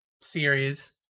series